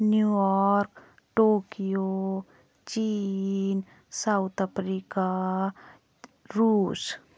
new York Tokyo चीन South Africa रूस